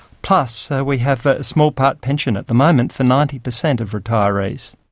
plus we have a small part pension at the moment for ninety percent of retirees.